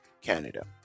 canada